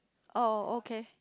oh okay